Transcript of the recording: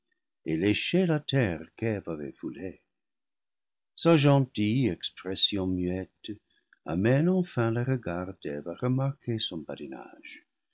et léchait la terre qu'eve avait foulée sa gentille expression muette amène enfin les regards d'eve à remarquer son badinage